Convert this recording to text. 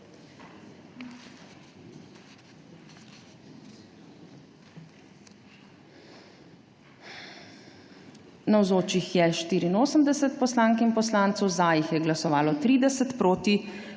Navzočih je 84 poslank in poslancev, za jih je glasovalo 30, proti